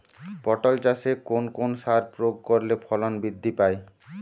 পটল চাষে কোন কোন সার প্রয়োগ করলে ফলন বৃদ্ধি পায়?